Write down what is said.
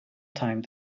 time